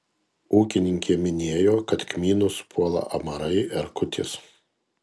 ūkininkė minėjo kad kmynus puola amarai erkutės